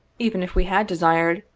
even if we had desired,